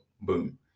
boom